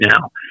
now